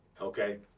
Okay